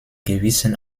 gewissen